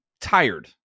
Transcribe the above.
tired